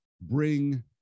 bring